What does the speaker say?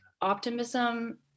optimism